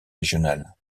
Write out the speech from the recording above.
régionale